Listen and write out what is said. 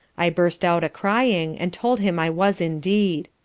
i burst out a crying, and told him i was indeed.